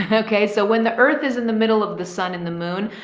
ah okay. so when the earth is in the middle of the sun and the moon,